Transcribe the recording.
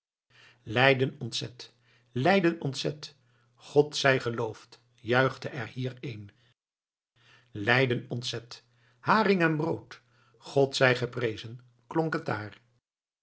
leiden ontzet leiden ontzet god zij geloofd juichte er hier een leiden ontzet haring en brood god zij geprezen klonk